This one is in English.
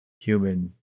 human